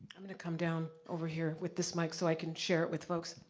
i'm gonna come down over here, with this mic, so i can share it with folks.